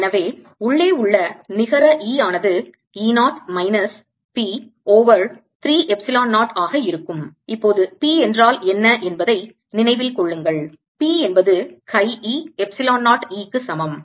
எனவே உள்ளே உள்ள நிகர E ஆனது E 0 minus P over 3 epsilon 0 ஆக இருக்கும் இப்போது P என்றால் என்ன என்பதை நினைவில் கொள்ளுங்கள் P என்பது chi e எப்சிலோன் 0 E க்கு சமம்